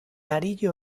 arilo